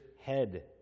head